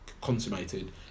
consummated